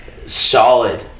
solid